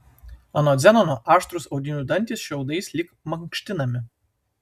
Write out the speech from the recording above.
anot zenono aštrūs audinių dantys šiaudais lyg mankštinami